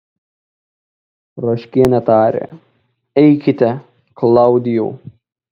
ruoškienė tarė eikite klaudijau